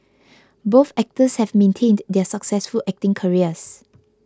both actors have maintained their successful acting careers